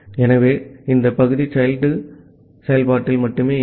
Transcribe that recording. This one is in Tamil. ஆகவே இந்த பகுதி child செயல்பாட்டில் மட்டுமே இயங்கும்